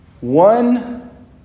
One